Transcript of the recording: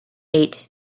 ate